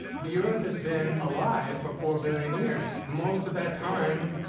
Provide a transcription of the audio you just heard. the earth has been alive for four billion years. most of that time,